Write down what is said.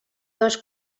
dos